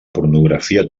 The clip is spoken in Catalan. pornografia